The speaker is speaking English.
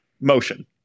motion